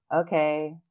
okay